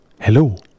Hello